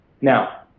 Now